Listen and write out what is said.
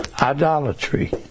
Idolatry